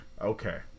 okay